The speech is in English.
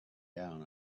down